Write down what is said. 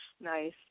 Nice